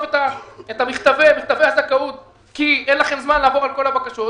את מכתבי הזכאות כי אין לכם זמן לעבור על כל הבקשות,